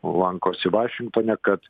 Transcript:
lankosi vašingtone kad